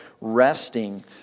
resting